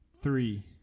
Three